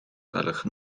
gwelwch